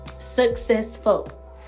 Successful